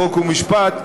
חוק ומשפט,